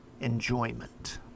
enjoyment